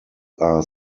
are